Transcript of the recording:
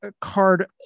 card